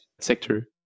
sector